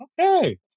Okay